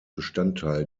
bestandteil